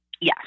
Yes